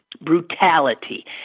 brutality